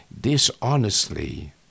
dishonestly